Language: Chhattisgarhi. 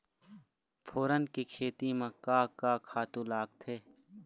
फोरन के खेती म का का खातू लागथे?